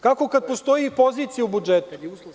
Kako kad postoji i pozicija u budžetu.